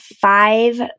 five